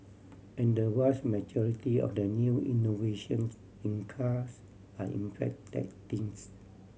and the vast majority of the new innovations in cars are in fact tech things